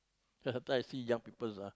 after I see young peoples ah